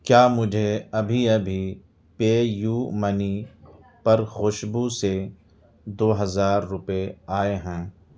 کیا مجھے ابھی ابھی پے یو منی پر خوشبو سے دو ہزار روپے آئے ہیں